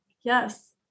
yes